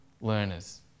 learners